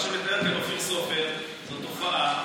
מה שמתאר כאן אופיר סופר זאת תופעה.